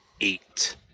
eight